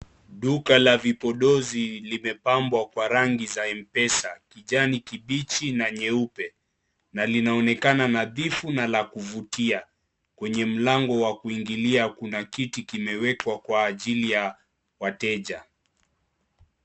Duka la vipodozi limebambwa kwa rangi za M-Pesa, kijani kibichi na nyeupe na linaonekana nadhifu na la kuvutia kwenye mlango wa kuingilia kuna kiti kimewekwa kwa ajili ya wateja.